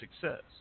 success